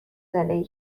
زندگی